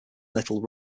little